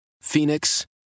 Phoenix